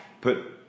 Put